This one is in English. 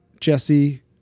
jesse